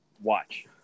watch